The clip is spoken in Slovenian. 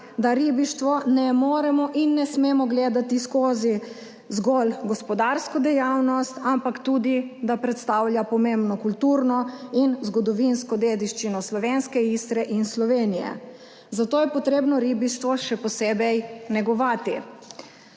da ribištvo ne moremo in ne smemo gledati skozi zgolj gospodarsko dejavnost, ampak da predstavlja tudi pomembno kulturno in zgodovinsko dediščino slovenske Istre in Slovenije. Zato je potrebno ribištvo še posebej negovati.